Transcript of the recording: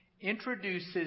introduces